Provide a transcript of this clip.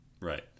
Right